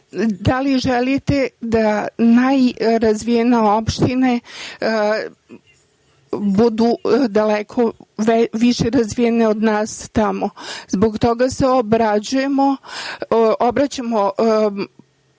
Da li želite da najrazvijenije opštine budu daleko više razvijene od naših? Zbog toga se obraćamo